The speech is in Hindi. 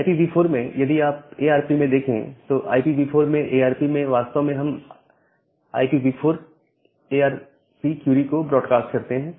IPv4 में यदि आप ए आर पी में देखे हैं तो IPv4 में ए आर पी में वास्तव में हम IPv4 A R P query को ब्रॉडकास्ट करते हैं